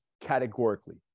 categorically